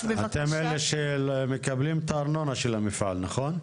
אתם אלה שמקבלים את הארנונה של המפעל, נכון?